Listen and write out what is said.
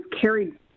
carried